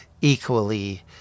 equally